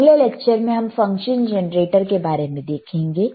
अगले लेक्चर में हम फंक्शन जनरेटर के बारे में देखेंगे